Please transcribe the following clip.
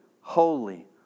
holy